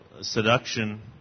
seduction